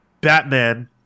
Batman